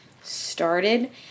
started